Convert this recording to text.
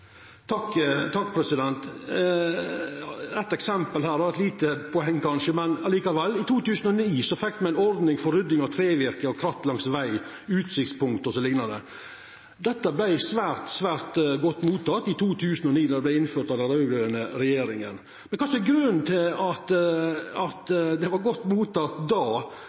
eksempel her, som kanskje er eit lite poeng, men likevel: I 2009 fekk me ei ordning for rydding av trevirke og kratt langs veg, utsiktspunkt osv. Dette vart svært godt teke imot i 2009, då det vart innført av den raud-grøne regjeringa. Men kva er grunnen til at det vart godt teke imot då,